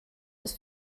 das